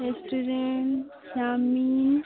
ରେ ଚାଉମିନ୍